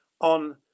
on